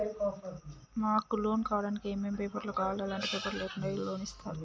మాకు లోన్ కావడానికి ఏమేం పేపర్లు కావాలి ఎలాంటి పేపర్లు లేకుండా లోన్ ఇస్తరా?